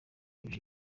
yujuje